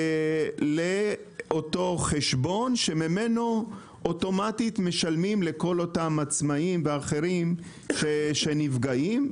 לאותו חשבון שממנו אוטומטית משלמים לכל אותם עצמאים ואחרים שנפגעים,